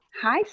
Hi